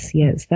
yes